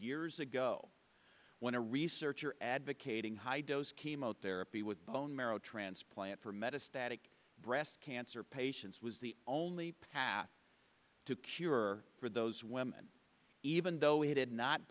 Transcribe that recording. years ago when a researcher advocating high dose chemotherapy with bone marrow transplant for maddest atic breast cancer patients was the only path to cure for those women even though it had not